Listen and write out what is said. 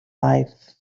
life